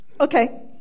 Okay